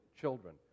children